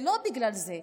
זה לא בגלל זה.